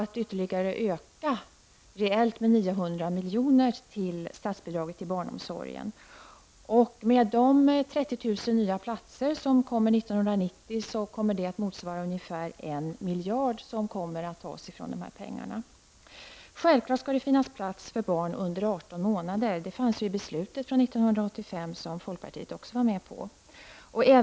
Den innebar en ökning reellt med ytterligare Med de 30 000 nya platser som kommer 1990 innebär det att ungefär 1 miljard kommer att tas från de pengarna. Självfallet skall det finnas plats för barn under 18 månader -- det sades ju i beslutet från 1985, som folkpartiet också stod bakom.